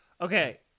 Okay